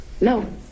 no